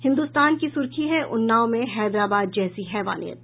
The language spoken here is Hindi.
हिन्दुस्तान की सुर्खी है उन्नाव में हैदराबाद जैसी हैवानियत